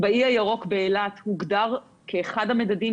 באי הירוק באילת הוגדר כאחד המדדים,